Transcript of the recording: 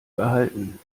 behalten